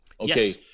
Okay